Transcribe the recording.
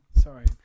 Sorry